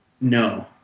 No